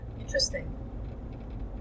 Interesting